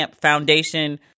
foundation